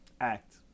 Act